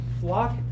flock